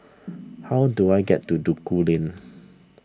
how do I get to Duku Lane